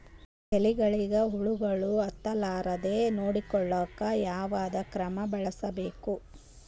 ಎಲೆಗಳಿಗ ಹುಳಾಗಳು ಹತಲಾರದೆ ನೊಡಕೊಳುಕ ಯಾವದ ಕ್ರಮ ಬಳಸಬೇಕು?